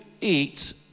eat